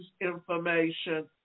information